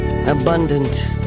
Abundant